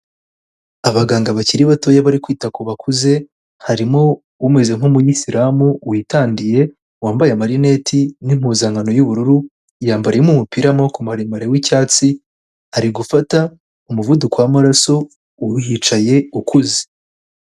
Abaganga bakiri batoya bari kwita ku bakuze, harimo umeze nk'umuyisilamu witandiye wambaye amarineti n'impuzankano y'ubururu, yambariyemo umupira w'amaboko maremare w'icyatsi, ari gufata umuvuduko w'amaraso uwuhicaye ukuze.